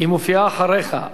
היא מופיעה מייד אחריך,